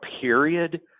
period